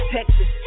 Texas